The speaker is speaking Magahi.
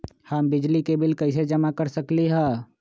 हम बिजली के बिल कईसे जमा कर सकली ह?